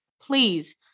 please